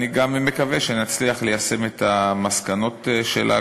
אני גם מקווה שנצליח ליישם את המסקנות שלה,